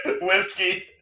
whiskey